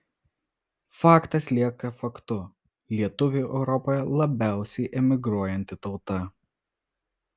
faktas lieka faktu lietuviai europoje labiausiai emigruojanti tauta